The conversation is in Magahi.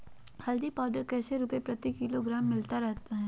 हल्दी पाउडर कैसे रुपए प्रति किलोग्राम मिलता रहा है?